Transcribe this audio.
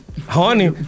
honey